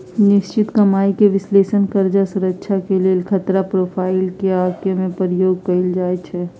निश्चित कमाइके विश्लेषण कर्जा सुरक्षा के लेल खतरा प्रोफाइल के आके में प्रयोग कएल जाइ छै